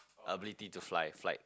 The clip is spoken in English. ability to fly flight